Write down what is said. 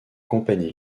company